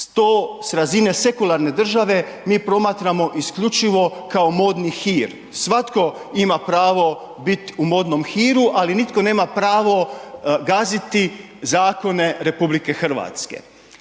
To s razine sekularne države mi promatramo isključivo kao modni hir. Svatko ima pravo bit u modnom hiru, ali nitko nema pravo gaziti zakone RH. Ovdje